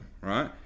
right